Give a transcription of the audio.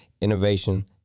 innovation